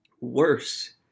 Worse